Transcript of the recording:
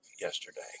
yesterday